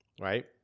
Right